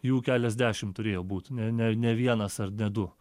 jų keliasdešim turėjo būt ne ne ne vienas ar ne du